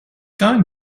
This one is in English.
going